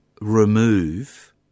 remove